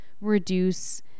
reduce